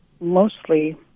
mostly